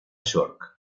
york